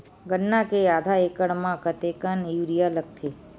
गन्ना के आधा एकड़ म कतेकन यूरिया लगथे?